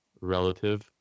relative